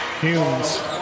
Humes